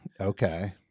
Okay